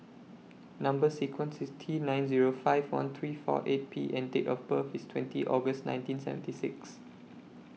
Number sequence IS T nine Zero five one three four eight P and Date of birth IS twenty August nineteen seventy six